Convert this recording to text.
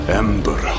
ember